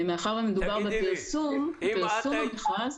מאחר ומדובר בפרסום המכרז,